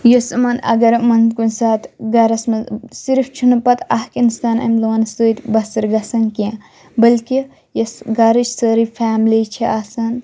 یُس أمَن اگر یِمَن کُنہِ ساتہٕ گَرَس منٛز صرف چھُ نہٕ پَتہٕ اَکھ اِنسان اَمہِ لونہٕ سۭتۍ بَسر گژھان کینٛہہ بٔلکہِ یۄس گَرٕچ سٲرٕے فیملی چھِ آسان